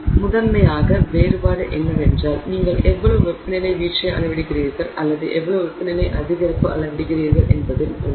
எனவே முதன்மையாக வேறுபாடு என்னவென்றால் நீங்கள் எவ்வளவு வெப்பநிலை வீழ்ச்சியை அளவிடுகிறீர்கள் அல்லது எவ்வளவு வெப்பநிலை அதிகரிப்பு அளவிடுகிறீர்கள் என்பதில் உள்ளது